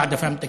לא העדפה מתקנת.